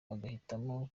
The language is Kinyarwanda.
bagahitamo